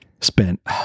spent